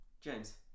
James